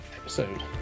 episode